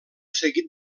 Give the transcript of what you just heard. seguit